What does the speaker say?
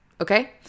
Okay